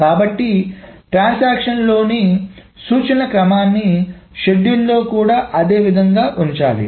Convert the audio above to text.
కాబట్టి ట్రాన్సాక్షన్ లోని సూచనల క్రమాన్నిషెడ్యూల్ లో కూడా అదే విధంగా ఉంచాలి